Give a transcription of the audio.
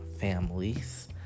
families